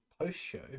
post-show